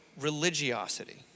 religiosity